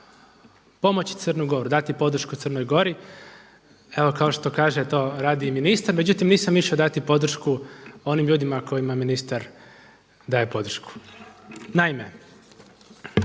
pomoći Crnu Goru, dati podršku Crnoj Gori, evo kao što kaže to radi i ministar, međutim nisam išao dati podršku onim ljudima kojima ministar daje podršku. Naime,